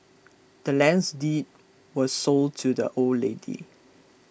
the land's deed was sold to the old lady